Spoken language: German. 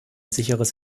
sicheres